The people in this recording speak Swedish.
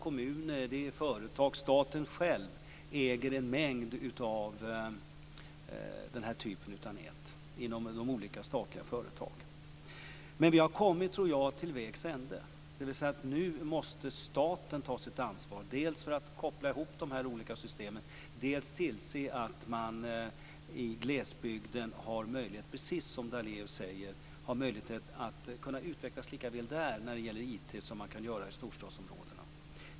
Kommuner, företag och staten själv äger en mängd av den här typen av nät inom de olika statliga företagen. Men vi har kommit, tror jag, till vägs ände. Nu måste staten ta sitt ansvar för att dels koppla ihop de här olika systemen, dels tillse att man i glesbygden har möjlighet - precis som Daléus säger - att utvecklas när det gäller IT likaväl som man kan göra det i storstadsområdena.